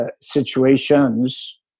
situations